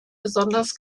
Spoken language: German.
besonders